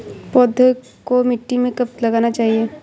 पौधें को मिट्टी में कब लगाना चाहिए?